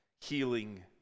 healing